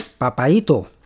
Papaito